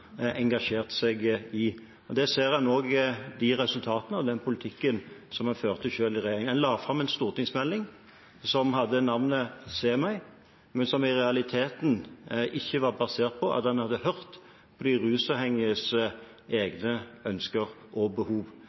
engasjert seg i. Det ser en også i resultatene av den politikken som de selv førte i regjering. De la fram en stortingsmelding som hadde navnet «Se meg!», men som i realiteten ikke var basert på at de hadde hørt på de rusavhengiges egne ønsker og behov.